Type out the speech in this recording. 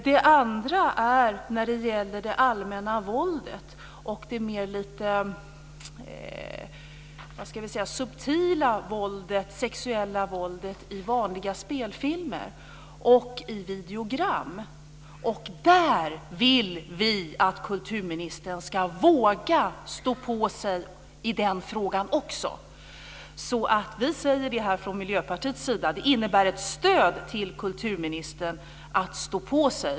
Den andra handlade om det allmänna våldet och det lite mer subtila sexuella våldet i vanliga spelfilmer och i videogram. Vi vill att kulturministern ska våga stå på sig i den frågan också. Vi säger det här från Miljöpartiets sida. Det innebär ett stöd till kulturministern att stå på sig.